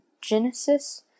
genesis